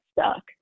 stuck